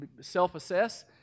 self-assess